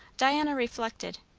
diana reflected.